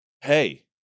hey